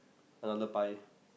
another pie